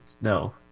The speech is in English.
no